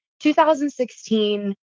2016